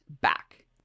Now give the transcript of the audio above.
back